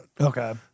Okay